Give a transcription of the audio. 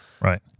Right